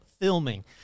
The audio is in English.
filming